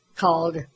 called